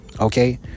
okay